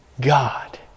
God